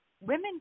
women